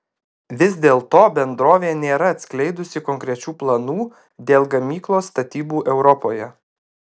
vis dėlto bendrovė nėra atskleidusi konkrečių planų dėl gamyklos statybų europoje